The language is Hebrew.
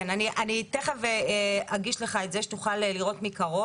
כן, אני תכף אגיש לך את זה כדי שתוכל לראות מקרוב.